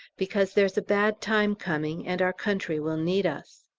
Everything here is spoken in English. because there's a bad time coming, and our country will need us!